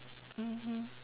mmhmm